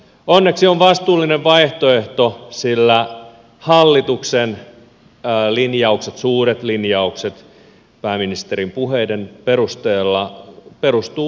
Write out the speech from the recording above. onneksi on vastuullinen vaihtoehto sillä hallituksen linjaukset suuret linjaukset pääministerin puheiden perusteella perustuvat uskomukseen